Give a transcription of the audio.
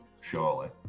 surely